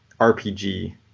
rpg